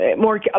more